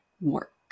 work